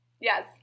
Yes